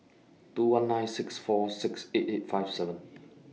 two one nine six four six eight eight five seven